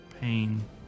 pain